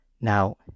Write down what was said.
Now